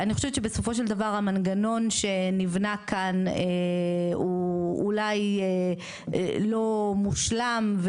אני חושבת שבסופו של דבר המנגנון שנבנה כאן הוא אולי לא מושלם,